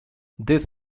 this